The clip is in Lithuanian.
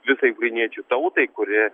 visai ukrainiečių tautai kuri